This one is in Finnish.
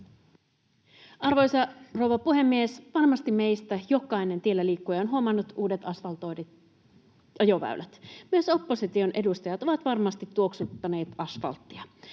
Arvoisa rouva puhemies! Varmasti meistä jokainen tielläliikkuja on huomannut uudet asvaltoidut ajoväylät. Myös opposition edustajat ovat varmasti tuoksuttaneet asfalttia.